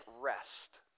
rest